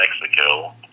Mexico